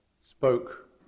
spoke